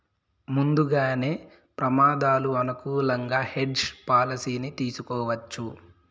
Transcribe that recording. ముందుగానే ప్రమాదాలు అనుకూలంగా హెడ్జ్ పాలసీని తీసుకోవచ్చు